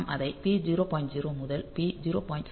0 முதல் P0